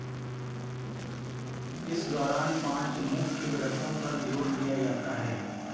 इस दौरान पाँच मुख्य व्रतों पर ज़ोर दिया जाता है